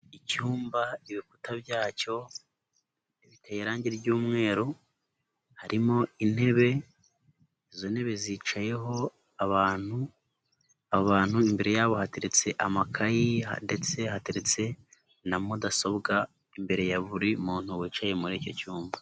Icyumba ibikuta byacyo biteye irangi ry'umweru harimo intebe izo ntebe zicayeho abantu, abantu imbere yabo hateretse amakayi, ndetse hateretse na mudasobwa imbere ya buri muntu wicaye muri icyo cyumba.